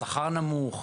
שכר נמוך?